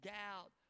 doubt